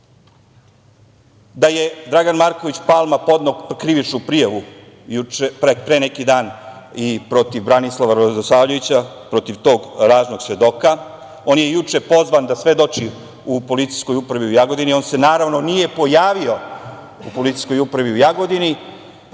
da je Dragan Marković Palma, podneo krivičnu prijavu pre neki dan protiv Branislava Radosavljevića, protiv tog lažnog svedoka. On je juče pozvan da svedoči u policijskoj upravi u Jagodini. On se naravno nije pojavio u policijskoj upravi u Jagodini,